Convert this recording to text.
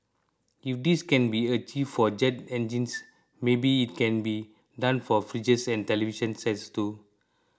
if this can be achieved for jet engines maybe it can be done for fridges and television sets too